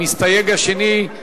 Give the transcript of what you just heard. המסתייג השני,